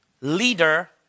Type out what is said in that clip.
leader